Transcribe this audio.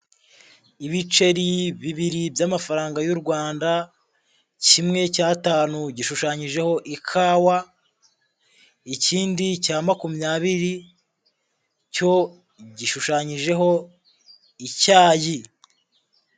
Ibiceri bibiri by'amafaranga y'u Rwanda, kimwe cy'atanu gishushanyijeho ikawa, ikindi cya makumyabiri cyo gishushanyijeho icyayi.